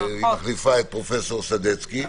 היא מחליפה את פרופ' סדצקי.